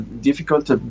difficult